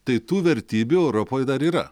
tai tų vertybių europoj dar yra